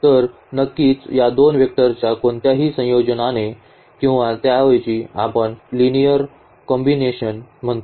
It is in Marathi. तर नक्कीच या दोन वेक्टरच्या कोणत्याही संयोजनाने किंवा त्याऐवजी आपण याला लिनिअर कॉम्बिनेशन म्हणतो